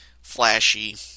flashy